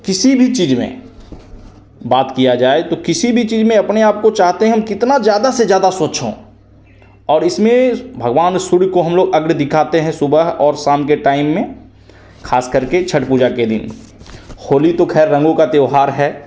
किसी भी चीज़ में बात किया जाए तो किसी भी चीज़ में अपने आप को चाहते हैं हम कितना ज़्यादा से ज़्यादा स्वच्छ हों और इसमें भगवान सूर्य को हम लोग अग्र दिखाते हैं सुबह और शाम के टाइम में ख़ासकर के छठ पूजा के दिन होली तो खैर रंगो का त्यौहार है